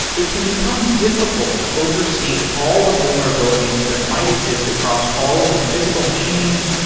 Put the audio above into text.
it can become difficult to oversee all the vulnerabilities that might exist across all of your physical machines,